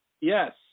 yes